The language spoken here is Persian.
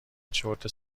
چرت